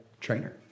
trainer